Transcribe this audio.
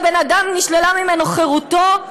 הבן-אדם, נשללה ממנו חירותו.